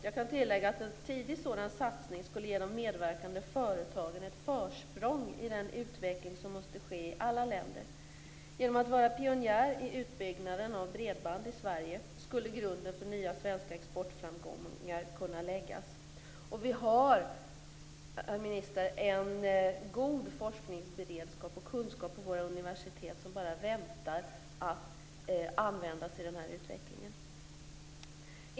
Jag kan tillägga att en tidig sådan satsning skulle ge de medverkande företagen ett försprång i den utveckling som måste ske i alla länder. Genom att vara pionjärer i utbyggnaden av bredband i Sverige skulle grunden för nya svenska exportframgångar kunna läggas. Och vi har, herr minister, en god forskningsberedskap och kunskap på våra universitet som bara väntar på att användas i denna utveckling.